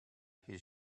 his